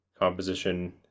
composition